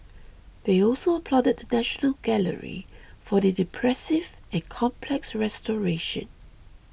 they also applauded the National Gallery for an impressive and complex restoration